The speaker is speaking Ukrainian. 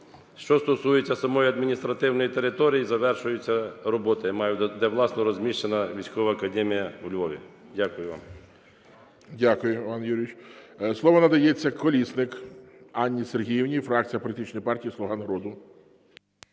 Що стосується самої адміністративної території, завершуються роботи, де, власне, розміщена військова академія у Львові. Дякую вам. ГОЛОВУЮЧИЙ. Дякую, Іван Юрійович. Слово надається Колісник Анні Сергіївні, фракція політичної партії "Слуга народу".